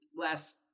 last